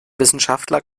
wissenschaftler